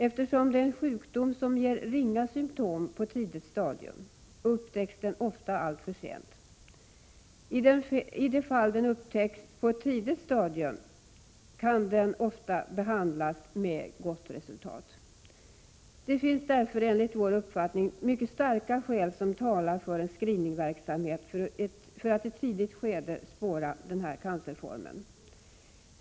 Eftersom det är en sjukdom som ger ringa symtom i början, upptäcks den oftast alltför sent. I de fall då den upptäcks på ett tidigt stadium kan den ofta behandlas med gott resultat. Enligt vår uppfattning finns det mycket starka skäl som talar för en screeningverksamhet för att i ett tidigt skede spåra denna form av cancer.